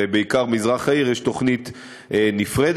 ובעיקר מזרח העיר, יש תוכנית נפרדת.